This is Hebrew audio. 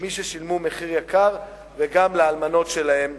למי ששילמו מחיר יקר וגם לאלמנות שלהם,